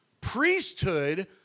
priesthood